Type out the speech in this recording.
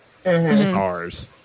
stars